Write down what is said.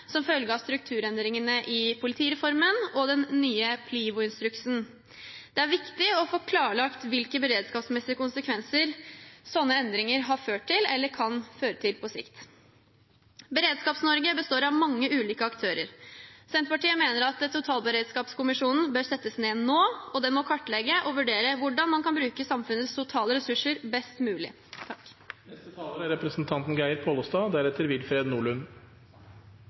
som følge av strukturendringene i politireformen og den nye PLIVO-instruksen. Det er viktig å få klarlagt hvilke beredskapsmessige konsekvenser sånne endringer har ført til eller kan føre til på sikt. Beredskaps-Norge består av mange ulike aktører. Senterpartiet mener at en totalberedskapskommisjon bør settes ned nå, og den må kartlegge og vurdere hvordan man kan bruke samfunnets totale ressurser best mulig.